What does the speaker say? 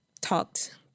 talked